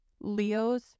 Leos